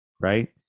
right